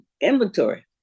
inventory